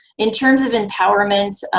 in terms of empowerment,